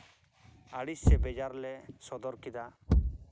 ᱟᱹᱲᱤᱥ ᱥᱮ ᱵᱮᱡᱟᱨ ᱞᱮ ᱥᱚᱫᱚᱨ ᱠᱮᱫᱟ